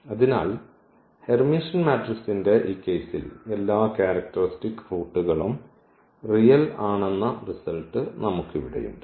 അതിനാൽ ഹെർമിഷ്യൻ മാട്രിക്സിന്റെ ഈ കേസിൽ എല്ലാ ക്യാരക്ടറിസ്റ്റിക് റൂട്ടുകളും റിയൽ ആണെന്ന റിസൾട്ട് നമുക്ക് ഇവിടെയുണ്ട്